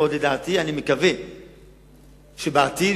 ואני מקווה שבעתיד,